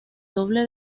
doble